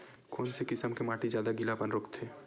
कोन से किसम के माटी ज्यादा गीलापन रोकथे?